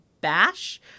bash